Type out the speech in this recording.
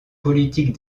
politique